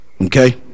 Okay